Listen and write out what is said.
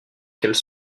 qu’elle